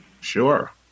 Sure